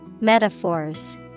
Metaphors